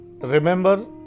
Remember